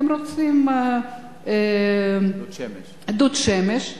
הם רוצים דוד שמש,